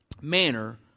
manner